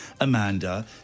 Amanda